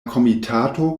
komitato